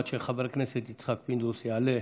עד שחבר הכנסת יצחק פינדרוס יעלה,